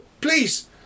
Please